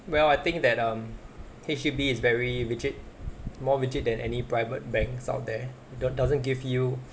well I think that um H_D_B is very rigid more rigid than any private banks out there don't doesn't give you